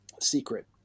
secret